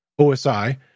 OSI